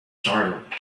startled